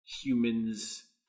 humans